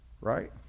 Right